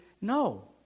No